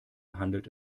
handelt